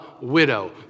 widow